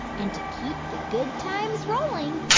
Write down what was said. and to keep the good times rolling,